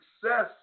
success